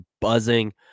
buzzing